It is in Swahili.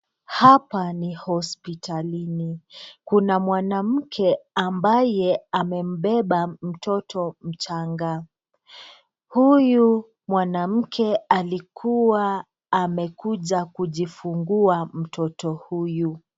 Hapa ni hospitali. Kuna mwanamke ambaye amembeba mtoto mchanga. Huyu mwanamke alikuwa amekuja kujifungua mtoto huyu.